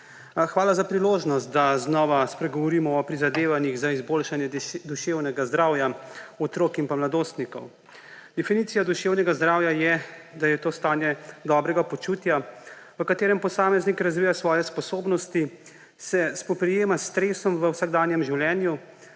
Hvala za priložnost, da znova spregovorimo o prizadevanjih za izboljšanje duševnega zdravja otrok in pa mladostnikov. Definicija duševnega zdravja je, da je to stanje dobrega počutja, v katerem posameznik razvija svoje sposobnosti, se spoprijema s stresom v vsakdanjem življenju